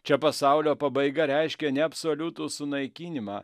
čia pasaulio pabaiga reiškia ne absoliutų sunaikinimą